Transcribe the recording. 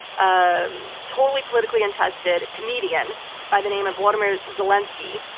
um totally politically untested comedian by the name of volodymyr zelensky.